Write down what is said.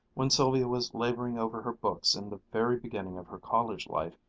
when sylvia was laboring over her books in the very beginning of her college life,